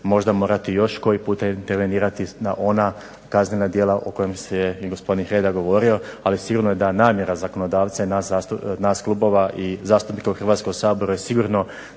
možda morati još koji puta intervenirati na ona kaznena djela o kojima je i gospodin Hrelja govorio, ali sigurno je da namjera zakonodavca i nas klubova i zastupnika u Hrvatskom saboru je sigurno